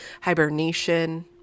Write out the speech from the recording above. hibernation